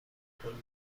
گلدانها